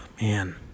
man